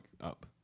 up